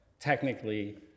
technically